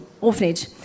Orphanage